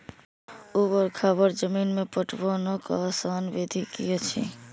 ऊवर खावर जमीन में पटवनक आसान विधि की अछि?